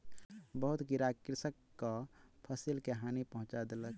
बहुत कीड़ा कृषकक फसिल के हानि पहुँचा देलक